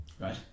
right